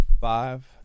Five